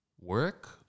Work